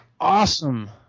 awesome